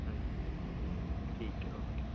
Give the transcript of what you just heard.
ਹਾਂਜੀ ਠੀਕ ਹੈ ਓਕੇ